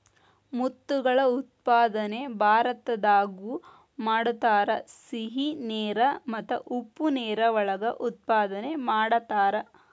ಮುತ್ತುಗಳ ಉತ್ಪಾದನೆ ಭಾರತದಾಗು ಮಾಡತಾರ, ಸಿಹಿ ನೇರ ಮತ್ತ ಉಪ್ಪ ನೇರ ಒಳಗ ಉತ್ಪಾದನೆ ಮಾಡತಾರ